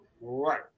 right